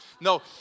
No